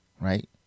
right